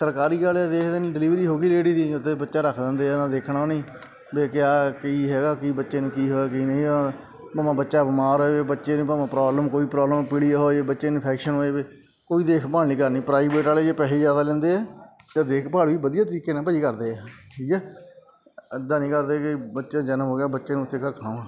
ਸਰਕਾਰੀ ਵਾਲੇ ਦੇਖਦੇ ਨਹੀਂ ਡਿਲੀਵਰੀ ਹੋ ਗਈ ਲੇਡੀ ਦੀ ਅਤੇ ਬੱਚਾ ਰੱਖ ਦਿੰਦੇ ਆ ਨਾ ਦੇਖਣਾ ਉਹ ਨਹੀਂ ਵੇਖ ਕੇ ਆਹ ਵੀ ਹੈਗਾ ਕੀ ਬੱਚੇ ਨੂੰ ਕੀ ਹੋਇਆ ਕੀ ਨਹੀਂ ਆ ਭਾਵੇਂ ਬੱਚਾ ਬਿਮਾਰ ਹੋਵੇ ਬੱਚੇ ਨੂੰ ਭਾਵੇਂ ਪ੍ਰੋਬਲਮ ਕੋਈ ਪ੍ਰੋਬਲਮ ਪੀਲੀਆ ਹੋ ਜੇ ਬੱਚੇ ਨੂੰ ਇਨਫੈਕਸ਼ਨ ਹੋ ਜਾਵੇ ਕੋਈ ਦੇਖਭਾਲ ਨਹੀਂ ਕਰਨੀ ਪ੍ਰਾਈਵੇਟ ਵਾਲੇ ਜੇ ਪੈਸੇ ਜ਼ਿਆਦਾ ਲੈਂਦੇ ਆ ਅਤੇ ਦੇਖ ਭਾਲ ਵੀ ਵਧੀਆ ਤਰੀਕੇ ਨਾਲ ਭਾਜੀ ਕਰਦੇ ਆ ਠੀਕ ਆ ਇੱਦਾਂ ਨਹੀਂ ਕਰਦੇ ਕਿ ਬੱਚੇ ਦਾ ਜਨਮ ਹੋ ਗਿਆ ਬੱਚੇ ਨੂੰ ਉੱਥੇ